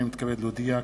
אני מתכבד להודיע,